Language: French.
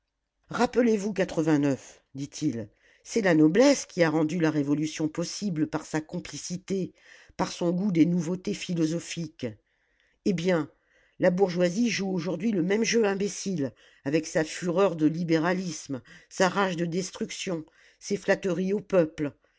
rappelez-vous dit-il c'est la noblesse qui a rendu la révolution possible par sa complicité par son goût des nouveautés philosophiques eh bien la bourgeoisie joue aujourd'hui le même jeu imbécile avec sa fureur de libéralisme sa rage de destruction ses flatteries au peuple